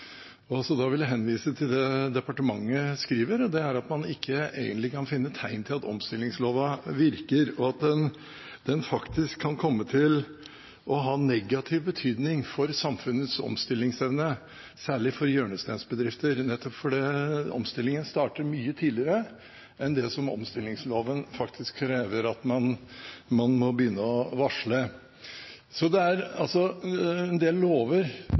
Da vil jeg henvise til det departementet skriver, og det er at man ikke egentlig kan finne tegn til at omstillingslova virker, og at den faktisk kan komme til å ha negativ betydning for samfunnets omstillingsevne, særlig for hjørnesteinsbedrifter, nettopp fordi omstillingen starter mye tidligere enn når omstillingslova faktisk krever at man må begynne å varsle. Det er en del lover